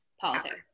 politics